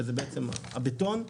שזה הבטון,